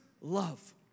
love